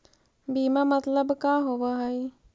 बीमा मतलब का होव हइ?